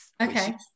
okay